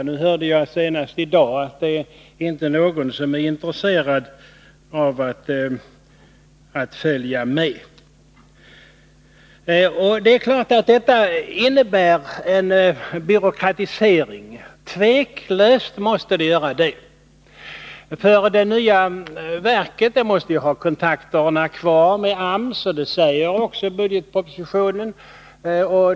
Men jag hörde senast i dag att det inte är någon som är intresserad av att följa med. Det är klart att detta innebär en byråkratisering — tveklöst måste det göra det. Det nya verket måste ha kontakterna kvar med AMS — och det säger man också i budgetpropositionen.